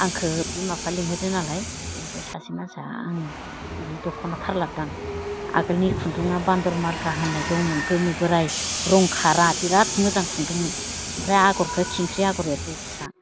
आंखौ बिमा बिफा लिंहोदों नालाय ओमफ्राय सासे मानसिया आं बिनि दखना धार लाबोदों आं आगोलनि खुन्दुङा बान्दर मार्का होननाय दंमोन गोमो बोराय रं खारा बिराद मोजां खुन्दुंमोन ओमफ्राय आगरखौ खिंख्रि आगर एरदो फिसा